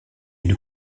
une